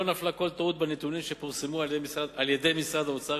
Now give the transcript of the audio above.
לא נפלה כל טעות בנתונים שפורסמו על-ידי משרד האוצר